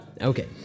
Okay